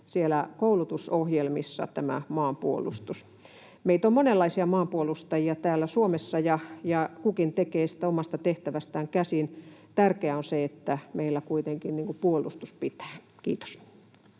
koulutusohjelmissa. Meitä on monenlaisia maanpuolustajia täällä Suomessa, ja kukin tekee sitä omasta tehtävästään käsin. Tärkeää on se, että meillä kuitenkin puolustus pitää. — Kiitos.